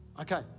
Okay